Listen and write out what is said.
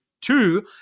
two